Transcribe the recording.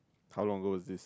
how long go is this